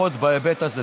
לפחות בהיבט הזה.